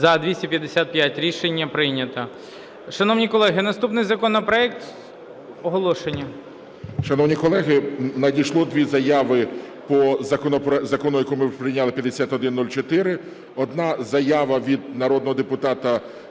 За-255 Рішення прийнято. Шановні колеги, наступний законопроект. Оголошення. 11:43:15 СТЕФАНЧУК Р.О. Шановні колеги, надійшло дві заяви по Закону, який ми прийняли, 5104. Одна заява від народного депутата